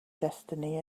destiny